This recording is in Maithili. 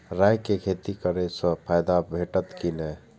राय के खेती करे स फायदा भेटत की नै?